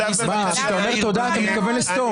כשאתה אומר "תודה", אתה מתכוון ל"סתום"?